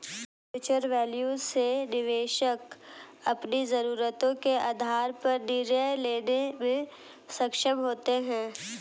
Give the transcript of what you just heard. future value से निवेशक अपनी जरूरतों के आधार पर निर्णय लेने में सक्षम होते हैं